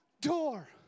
door